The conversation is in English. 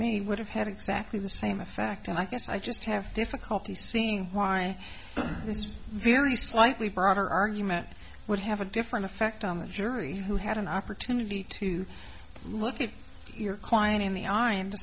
me would have had exactly the same effect and i guess i just have difficulty seeing why this very slightly broader argument would have a different effect on the jury who had an opportunity to look at your client in the i